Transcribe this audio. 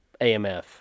AMF